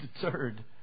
deterred